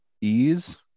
ease